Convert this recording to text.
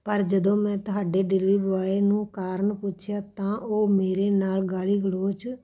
ਪਰ ਜਦੋਂ ਮੈਂ ਤੁਹਾਡੇ ਡਿਲੀਵਰੀ ਬੋਆਏ ਨੂੰ ਕਾਰਨ ਪੁੱਛਿਆ ਤਾਂ ਉਹ ਮੇਰੇ ਨਾਲ ਗਾਲੀ ਗਲੋਚ